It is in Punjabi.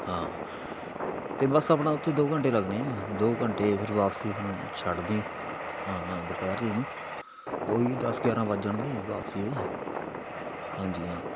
ਹਾਂ ਅਤੇ ਬਸ ਆਪਣਾ ਉੱਥੇ ਦੋ ਘੰਟੇ ਲੱਗਣੇ ਆ ਦੋ ਘੰਟੇ ਫਿਰ ਵਾਪਸੀ ਸਾਨੂੰ ਛੱਡ ਦੀ ਹਾਂ ਹਾਂ ਦੁਪਹਿਰ ਜਿਹੇ ਨੂੰ ਉਹ ਹੀ ਦਸ ਗਿਆਰਾਂ ਵੱਜ ਜਾਣਗੇ ਵਾਪਸੀ ਦੇ ਹਾਂਜੀ ਹਾਂ